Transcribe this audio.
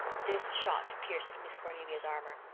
this shot pierced miss cornelia's armour.